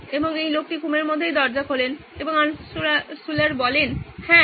এবং এই লোকটি ঘুমের মধ্যেই দরজা খোলেন এবং আল্টশুলার বললেন হ্যাঁ